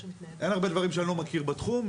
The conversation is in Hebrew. אין הרבה דברים שאני לא מכיר בתחום.